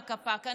פקה-פקה,